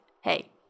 hey